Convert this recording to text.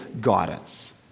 guidance